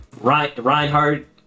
Reinhardt